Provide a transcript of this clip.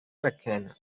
requena